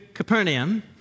Capernaum